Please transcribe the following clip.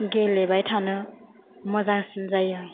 गेलेबाय थानो मोजांसिन जायो